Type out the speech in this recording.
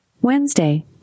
Wednesday